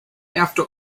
after